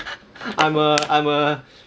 I'm a I'm a